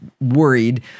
worried